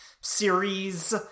series